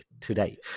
today